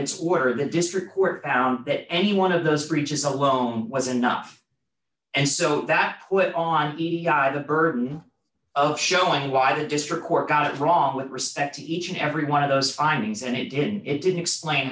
where the district court found that any one of those breaches alone was enough and so that put on the burden of showing why the district court got it wrong with respect to each and every one of those findings and it didn't it didn't explain